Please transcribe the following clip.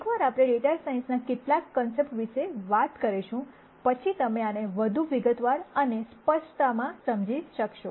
એકવાર આપણે data science ના કેટલાક કોન્સેપ્ટ્સ વિશે વાત કરીશું પછી તમે આને વધુ વિગતવાર અને સ્પષ્ટતામાં સમજી શકશો